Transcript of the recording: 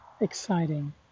exciting